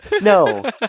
no